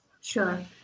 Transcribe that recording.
Sure